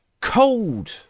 cold